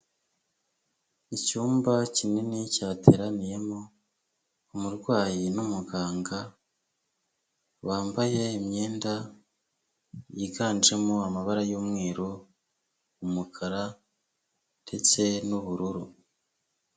Icyumba kinini cyateraniyemo umurwayi n'umuganga bambaye imyenda yiganjemo amabara y'umweru, umukara ndetse n'ubururu.